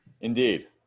Indeed